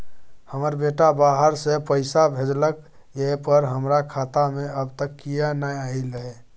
हमर बेटा बाहर से पैसा भेजलक एय पर हमरा खाता में अब तक किये नाय ऐल है?